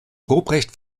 ruprecht